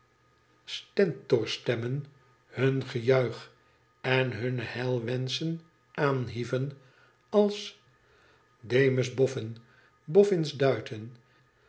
stestorstemmen hun gejuich en hunne hwenschen aanhieven als demus bofbn boffins's duiten